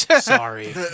Sorry